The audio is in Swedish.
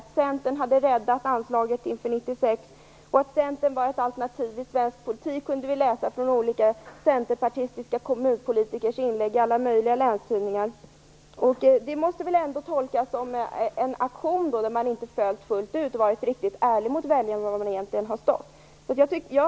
Att Centern hade räddat anslaget inför 1996 och att Centern var ett alternativ i svensk politik kunde vi läsa i olika centerpartistiska kommunpolitikers inlägg i alla möjliga länstidningar. Det måste väl ändå tolkas som en aktion som inte har fullföljts fullt ut och att ni inte har gett väljarna ett ärligt besked om var ni egentligen har stått i frågan.